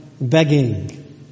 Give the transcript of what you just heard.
begging